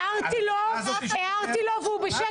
הערתי לו והוא בשקט.